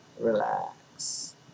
Relax